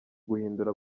guhindura